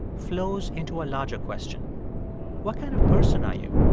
flows into a larger question what kind of person are you?